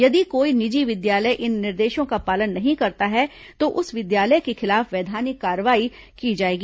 यदि कोई निजी विद्यालय इन निर्देशों का पालन नहीं करता है तो उस विद्यालय के खिलाफ वैधानिक कार्रवाई की जाएगी